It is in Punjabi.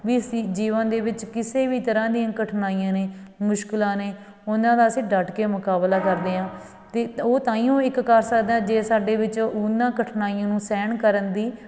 ਵੀ ਅਸੀਂ ਜੀਵਨ ਦੇ ਵਿੱਚ ਕਿਸੇ ਵੀ ਤਰ੍ਹਾਂ ਦੀਆਂ ਕਠਿਨਾਈਆਂ ਨੇ ਮੁਸ਼ਕਿਲਾਂ ਨੇ ਉਹਨਾਂ ਦਾ ਅਸੀਂ ਡੱਟ ਕੇ ਮੁਕਾਬਲਾ ਕਰਦੇ ਹਾਂ ਅਤੇ ਉਹ ਤਾਂਹੀਓ ਇੱਕ ਕਰ ਸਕਦੇ ਜੇ ਸਾਡੇ ਵਿੱਚ ਉਹਨਾਂ ਕਠਿਨਾਈਆਂ ਨੂੰ ਸਹਿਣ ਕਰਨ ਦੀ